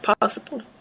possible